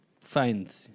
find